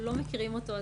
אז לא מכירים אותו,